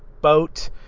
boat